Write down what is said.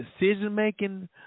decision-making